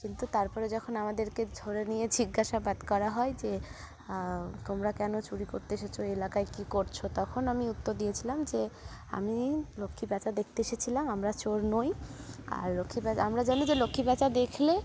কিন্তু তারপরে যখন আমাদেরকে ধরে নিয়ে জিজ্ঞাসাবাদ করা হয় যে তোমরা কেন চুরি করতে এসেছো ওই এলাকায় কী করছো তখন আমি উত্তর দিয়েছিলাম যে আমি লক্ষ্মী প্যাঁচা দেখতে এসেছিলাম আমরা চোর নই আর লক্ষ্মী প্যাঁচা আমরা জানি যে লক্ষ্মী প্যাঁচা দেখলে